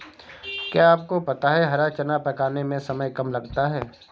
क्या आपको पता है हरा चना पकाने में समय कम लगता है?